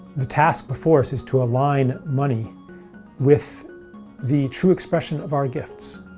the task before us is to align money with the true expression of our gifts.